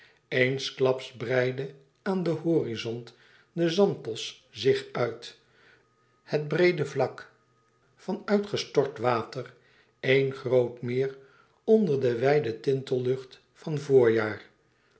eensklaps breidde aan den horizont de anthos zich uit het breede vlak van uitgestort water eén groot meer onder de wijde tintellucht van voorjaar